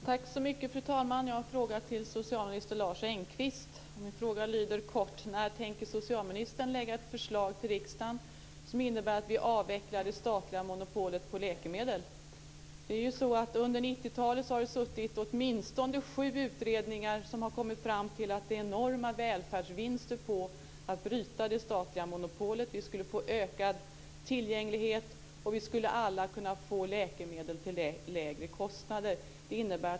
Fru talman! Jag har en fråga till socialminister Lars Engqvist. Frågan lyder kort: När tänker socialministern lägga fram ett förslag till riksdagen som innebär att vi avvecklar det statliga monopolet på läkemedel? Under 90-talet har det suttit åtminstone sju utredningar som kommit fram till att det går att göra enorma välfärdsvinster på att bryta det statliga monopolet. Vi skulle få ökad tillgänglighet, och vi skulle alla kunna få läkemedel till lägre kostnader.